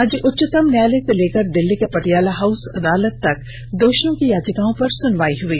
आज उच्चतम न्यायालय से लेकर दिल्ली के पटियाला हाउस अदालत तक दोषियों की याचिकाओं पर सुनवाई हई